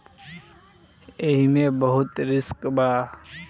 एईमे बहुते रिस्क बा